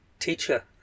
teacher